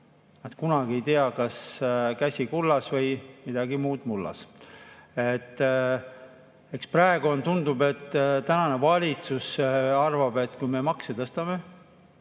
Kunagi ei tea, kas käsi kullas või midagi muud mullas. Praegu tundub, et tänane valitsus arvab, et kui me makse tõstame